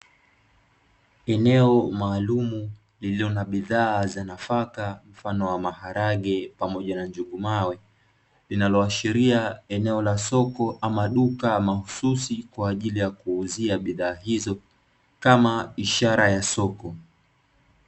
Eneo maalumu lililo na bidhaa za nafaka mfano wa maharage pamoja na njugu mawe, linaloashiria eneo la soko ama duka mahususi kwa ajili ya kuuzia bidhaa hizo kama ishara ya soko.